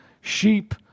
sheep